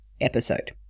episode